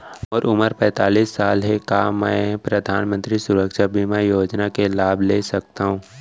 मोर उमर पैंतालीस साल हे का मैं परधानमंतरी सुरक्षा बीमा योजना के लाभ ले सकथव?